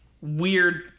weird